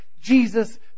Jesus